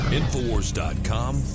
infowars.com